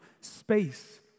space